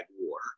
war